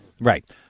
right